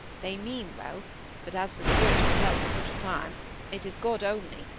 they mean well but as for spiritual help at such a time it is god only,